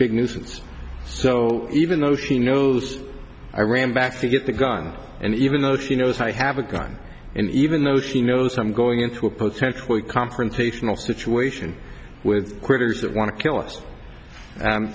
big nuisance so even though she knows i ran back to get the gun and even though she knows i have a gun and even though she knows i'm going into a potentially confrontational situation with critters that want to kill us